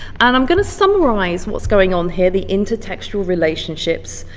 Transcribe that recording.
and i'm going to summarize what's going on here, the intertextual relationships